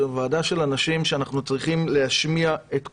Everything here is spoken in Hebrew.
זו ועדה של אנשים שאנחנו צריכים להשמיע את קולם,